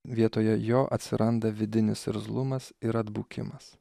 vietoje jo atsiranda vidinis irzlumas ir atbukimas